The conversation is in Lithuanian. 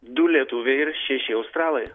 du lietuviai ir šeši australai